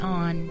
on